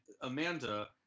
Amanda